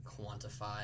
quantify